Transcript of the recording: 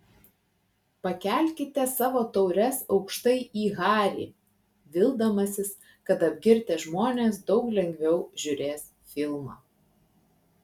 pakelkite savo taures aukštai į harį vildamasis kad apgirtę žmonės daug lengviau žiūrės filmą